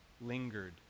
Lingered